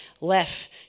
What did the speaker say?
left